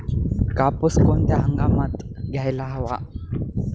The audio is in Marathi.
कापूस कोणत्या हंगामात घ्यायला हवा?